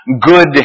good